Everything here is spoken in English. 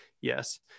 yes